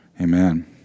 Amen